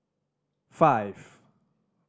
five